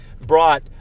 brought